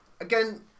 Again